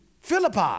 Philippi